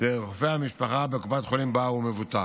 דרך רופא המשפחה בקופת החולים שבה הוא מבוטח.